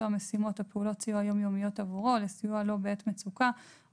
משימות או פעולות סיוע יום־יומיות עבורו או לסיוע לו בעת מצוקה או